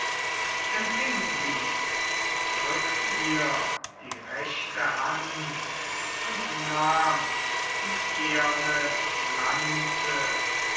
empfing sie drückt ihr die rechte hand und nahm die eherne lanze